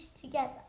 together